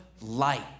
light